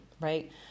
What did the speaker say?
right